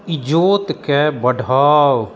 ईजोत के बढ़ाउ